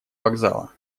вокзала